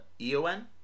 EON